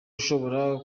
ushobora